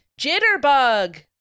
Jitterbug